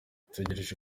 dutegereje